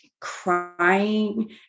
crying